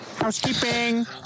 Housekeeping